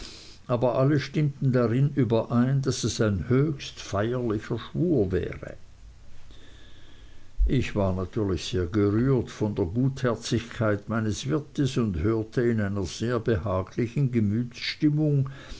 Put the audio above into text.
aber alle stimmten darin überein daß es ein höchst feierlicher schwur wäre ich war natürlich sehr gerührt von der gutherzigkeit meines wirtes und hörte in einer sehr behaglichen